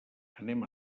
anem